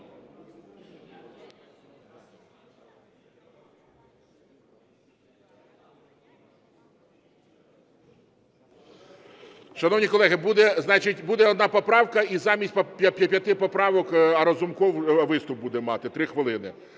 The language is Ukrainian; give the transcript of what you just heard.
Шановні колеги, значить, буде одна поправка і замість п'яти поправок Разумков виступ буде мати 3 хвилини.